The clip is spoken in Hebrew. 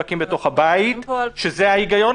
שהתפללו בבית כנסת ביום חמישי בשבוע שעבר.